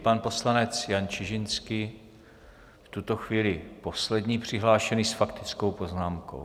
Pan poslanec Jan Čižinský, v tuto chvíli poslední přihlášení s faktickou poznámkou.